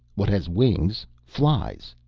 what has wings, flies.